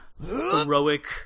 heroic